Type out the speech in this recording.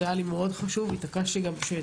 זה היה לי מאוד חשוב והתעקשתי שתגיעו.